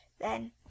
then